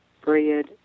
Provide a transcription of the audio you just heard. bread